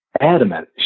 adamant